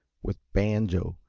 with banjo,